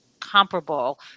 comparable